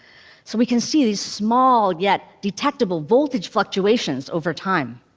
so we can see these small yet detectable voltage fluctuations over time.